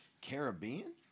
Caribbean